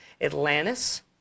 Atlantis